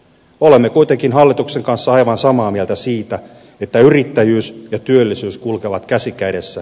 olemme kuitenkin hallituksen kanssa aivan samaa mieltä siitä että yrittäjyys ja työllisyys kulkevat käsi kädessä